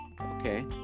Okay